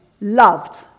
loved